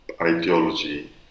ideology